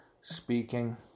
speaking